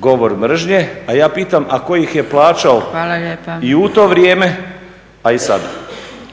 govor mržnje, a ja pitam tko ih je plaćao i u to vrijeme, a i sada.